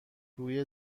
روی